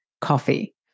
coffee